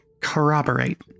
corroborate